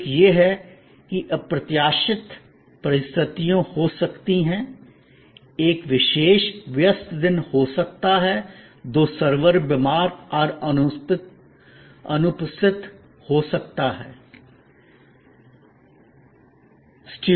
एक यह है कि अप्रत्याशित परिस्थितियां हो सकती हैं एक विशेष व्यस्त दिन हो सकता है दो सर्वर बीमार और अनुपस्थित हो सकता हैं